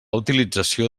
utilització